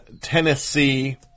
Tennessee